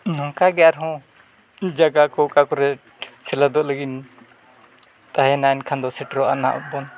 ᱱᱚᱝᱠᱟᱜᱮ ᱟᱨᱦᱚᱸ ᱡᱟᱭᱜᱟ ᱠᱚ ᱚᱠᱟ ᱠᱚᱨᱮᱫ ᱥᱮᱞᱮᱫᱚᱜ ᱞᱟᱹᱜᱤᱫ ᱛᱟᱦᱮᱱᱟ ᱮᱱᱠᱷᱟᱱ ᱫᱚ ᱥᱮᱴᱮᱨᱚᱜᱼᱟ ᱱᱟᱦᱟᱸᱜ ᱵᱚᱱ